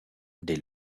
dès